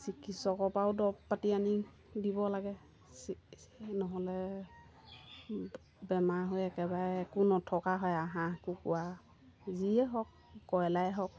চিকিৎসকৰপৰাও দৱব পাতি আনি দিব লাগে নহ'লে বেমাৰ হৈ একেবাৰে একো নথকা হয় আৰু হাঁহ কুকুৰা যিয়ে হওক কয়লাৰেই হওক